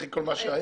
אחרי כל מה שהיה?